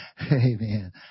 Amen